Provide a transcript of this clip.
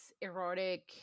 erotic